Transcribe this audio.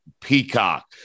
Peacock